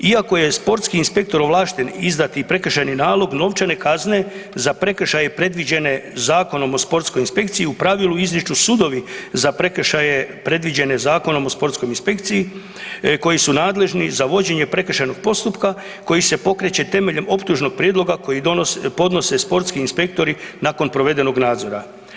Iako je sportski inspektor ovlašten izdati prekršajni nalog novčane kazne za prekršaje predviđene Zakonom o sportskoj inspekciji, u pravilu izriču sudovi za prekršaje predviđene Zakonom o sportskoj inspekciji koji su nadležni za vođenje prekršajnog postupka koji se pokreće temeljem optužnog prijedloga koji podnose sportski inspektori nakon provedenog nadzora.